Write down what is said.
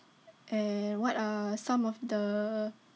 and what are some of the